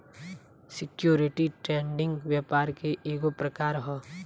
security trading व्यापार के ईगो प्रकार ह